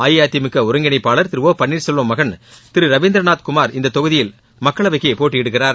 அஇஅதிமுகஒருங்கிணைப்பாளர் திரு ஒ பன்னீர்செல்வம் மகன் திருரவீந்திரநாத் குமார் இந்ததொகுதியில் மக்களவைக்குபோட்டியிடுகிறார்